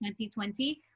2020